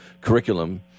curriculum